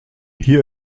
hier